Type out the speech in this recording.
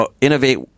Innovate